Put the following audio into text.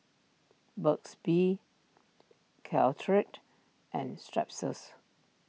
Burt's Bee Caltrate and Strepsils